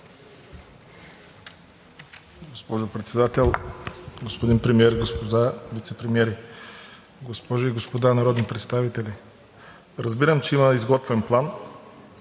Госпожо Председател, господин Премиер, господа вицепремиери, госпожи и господа народни представители! Разбирам, че има изготвен план,